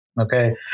okay